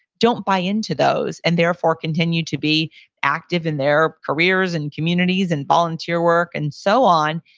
don't buy into those and therefore continue to be active in their careers and communities and volunteer work and so on,